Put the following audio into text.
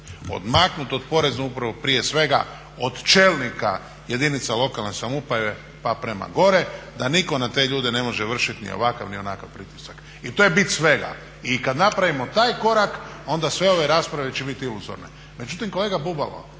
Odmaknut od porezne uprave prije svega od čelnika jedinica lokalne samouprave pa prema gore, da niko na te ljude ne može vršiti ni ovakav ni onakav pritisak. I to je bit svega. I kad napravimo taj korak onda sve ove rasprave će biti iluzorne. Međutim, kolega Bubalo